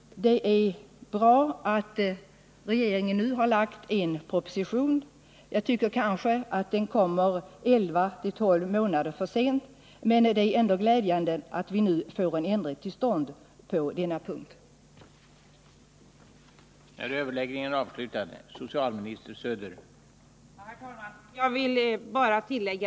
Det är bra att regeringen nu har lagt fram en proposition. Jag tycker kanske att den kommer elva eller tolv månader för sent, men det är ändå glädjande att vi nu får en ändring till stånd på denna punkt. Herr talman! Jag vill bara tillägga att jag beklagar att denna ändring inte Torsdagen den kommit till stånd tidigare. Jag skall inte gå närmare in på omständigheterna — 13 mars 1980 kring dröjsmålet.